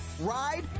ride